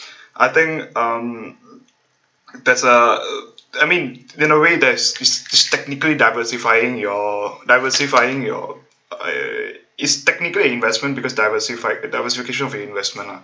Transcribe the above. I think um there's uh I mean in a way that's it's technically diversifying your diversifying your uh is technically investment because diversified the diversification of investment lah